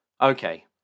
Okay